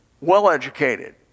well-educated